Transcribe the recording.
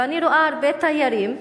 ואני רואה הרבה תיירים,